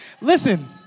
Listen